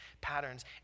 patterns